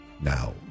Now